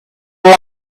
were